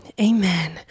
Amen